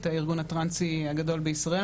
הארגון הטרנסי הגדול בישראל.